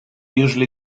usually